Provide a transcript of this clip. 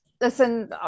Listen